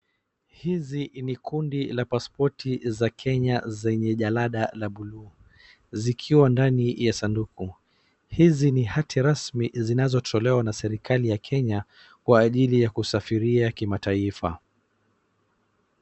Hizi ni kundi la paspoti za Kenya zenye jalada la bluu, zikiwa ndani ya sanduku. Hizi ni hati rasmi zinazotolewa na serikali ya Kenya, kwa ajili ya kusafiria kimataifa.